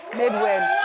midwin,